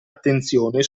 attenzione